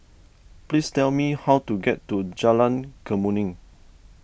please tell me how to get to Jalan Kemuning